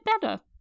better